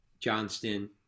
Johnston